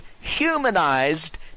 humanized